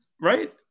right